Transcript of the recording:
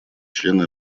члены